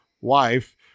Wife